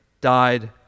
died